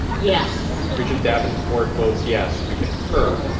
yes. regent davenport votes yes. regent her?